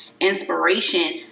inspiration